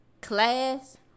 class